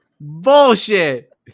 bullshit